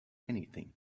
anything